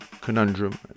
Conundrum